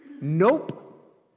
Nope